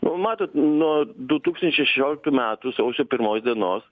nu matot nuo du tūkstančiai šešioliktų metų sausio pirmos dienos